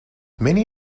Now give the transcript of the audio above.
many